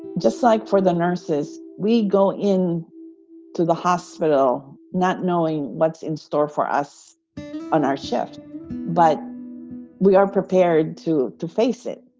just like for the nurses. we go in to the hospital not knowing what's in store for us on our shift but we are prepared to to face it.